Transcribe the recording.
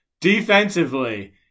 defensively